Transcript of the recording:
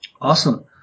Awesome